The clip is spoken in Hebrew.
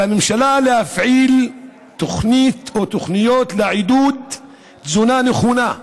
על הממשלה להפעיל תוכנית או תוכניות לעידוד תזונה נכונה,